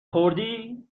خوردی